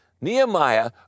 Nehemiah